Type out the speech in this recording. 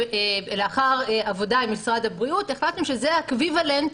שלאחר העבודה עם משרד הבריאות החלטנו שזה אקוויוולנט,